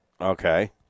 Okay